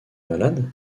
malade